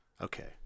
Okay